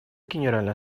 генеральной